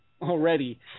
already